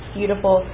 beautiful